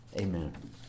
Amen